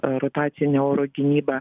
rotacinę oro gynybą